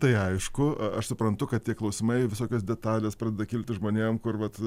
tai aišku aš suprantu kad tie klausimai visokios detalės pradeda kilti žmonėm kur vat